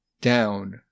down